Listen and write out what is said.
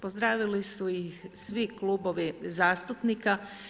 Pozdravili su i svi klubovi zastupnika.